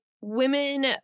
women